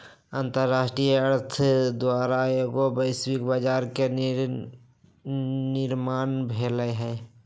अंतरराष्ट्रीय अर्थ द्वारा एगो वैश्विक बजार के निर्माण भेलइ ह